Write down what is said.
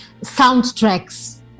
soundtracks